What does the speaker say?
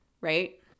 right